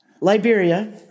Liberia